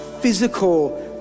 physical